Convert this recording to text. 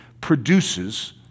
produces